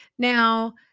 Now